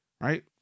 right